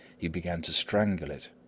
he began to strangle it,